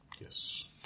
Yes